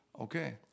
Okay